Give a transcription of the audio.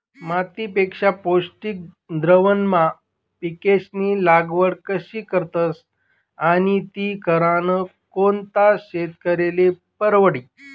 मातीपेक्षा पौष्टिक द्रावणमा पिकेस्नी लागवड कशी करतस आणि ती करनं कोणता शेतकरीले परवडी?